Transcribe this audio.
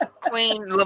Queen